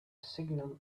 signal